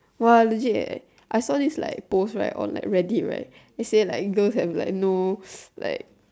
!wah! legit eh I saw this like post right on Reddit right they say like girls have like no like